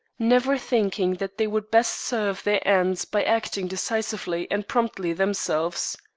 never thinking that they would best serve their ends by acting decisively and promptly themselves.